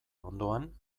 ondoan